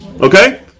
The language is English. Okay